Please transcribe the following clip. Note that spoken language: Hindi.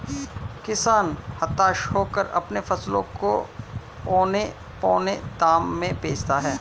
किसान हताश होकर अपने फसलों को औने पोने दाम में बेचता है